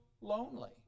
lonely